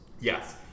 Yes